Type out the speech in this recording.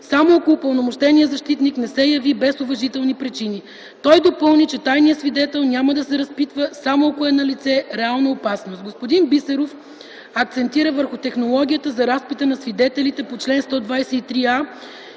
само ако упълномощеният защитник не се яви без уважителни причини. Той допълни, че тайният свидетел няма да се разпитва, само ако е налице реална опасност. Господин Христо Бисеров акцентира върху технологията за разпита на свидетелите по чл. 123а